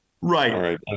Right